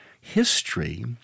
history